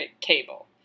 cable